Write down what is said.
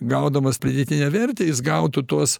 gaudamas pridėtinę vertę jis gautų tuos